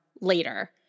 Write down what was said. later